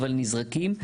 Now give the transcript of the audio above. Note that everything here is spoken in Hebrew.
אבל נזרקים.